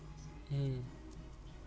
mm